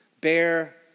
Bear